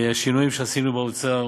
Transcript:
השינויים שעשינו באוצר